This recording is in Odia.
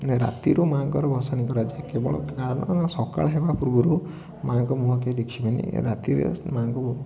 ରାତିରୁ ମାଆଙ୍କର ଭଷାଣି କରାଯାଏ କେବଳ କାରଣ ସକାଳ ହେବା ପୂର୍ବରୁ ମାଆଙ୍କ ମୁହଁ କେହି ଦେଖିବେନି ରାତିରେ ମାଆଙ୍କୁ